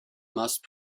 must